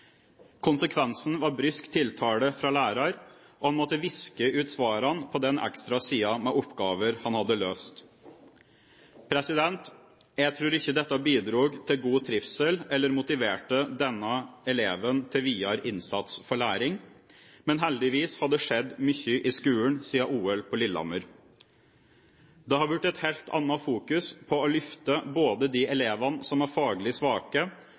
Konsekvensen var brysk tiltale fra læreren, og han måtte viske ut svarene på den ekstra siden med oppgaver han hadde løst. Jeg tror ikke dette bidro til god trivsel eller motiverte denne eleven til videre innsats for læring. Men heldigvis har det skjedd mye i skolen siden OL på Lillehammer. Det har blitt et helt annet fokus på å løfte både de elevene som er faglig svake,